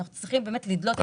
אנחנו צריכים לדלות את זה.